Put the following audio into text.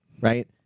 right